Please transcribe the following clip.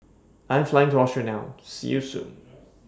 I Am Flying to Austria now See YOU Soon